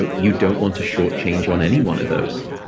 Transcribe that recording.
ah you don't want to shortchange on any one of those,